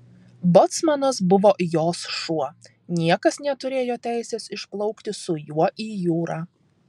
bocmanas buvo jos šuo niekas neturėjo teisės išplaukti su juo į jūrą